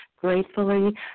gratefully